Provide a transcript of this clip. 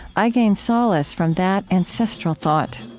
i gain solace from that ancestral thought.